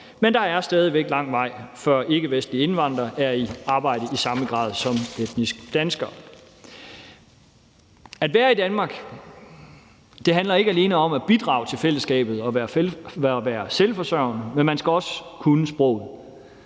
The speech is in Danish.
Men der er stadig væk lang vej, før ikkevestlige indvandrere er i arbejde i samme grad som etniske danskere. At være i Danmark handler ikke alene om at bidrage til fællesskabet og være selvforsørgende, men man skal også kunne sproget.